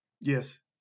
Yes